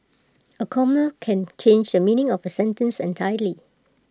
A comma can change the meaning of A sentence entirely